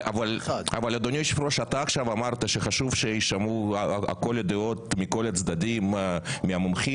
אתה עכשיו אמרת שחשוב שיישמעו כל הדעות מכל הצדדים ואת המומחים.